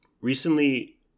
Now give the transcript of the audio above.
Recently